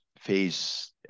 phase